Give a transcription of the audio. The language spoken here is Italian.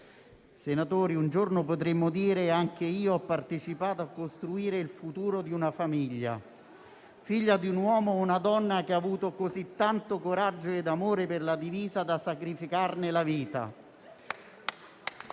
senatori, un giorno potremo dire: anche io ho partecipato a costruire il futuro della famiglia di un uomo o di una donna che hanno avuto così tanto coraggio ed amore per la divisa da sacrificare la